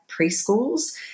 preschools